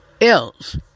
else